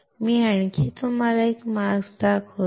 मी तुम्हाला आणखी एक मास्क दाखवतो